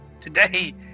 Today